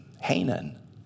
Hanan